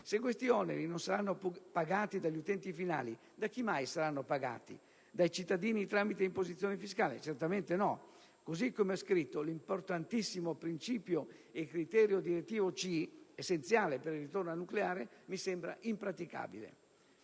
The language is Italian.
Se questi oneri non saranno pagati dagli utenti finali da chi mai saranno pagati? Certamente non dai cittadini tramite imposizione fiscale. Così come è scritto, l'importantissimo principio e criterio direttivo *c*), essenziale per il ritorno al nucleare, mi sembra impraticabile.